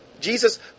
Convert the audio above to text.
Jesus